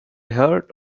heard